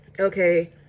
Okay